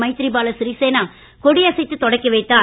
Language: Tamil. மைத்ரிபால சிறிசேனா கொடியசைத்துத் தொடக்கிவைத்தார்